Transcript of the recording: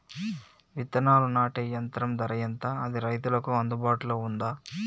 విత్తనాలు నాటే యంత్రం ధర ఎంత అది రైతులకు అందుబాటులో ఉందా?